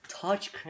Touch